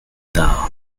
tard